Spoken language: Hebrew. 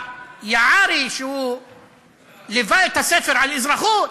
יערי, שליווה את ספר האזרחות,